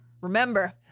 remember